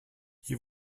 you